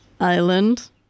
island